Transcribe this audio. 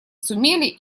сумели